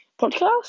podcast